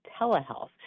telehealth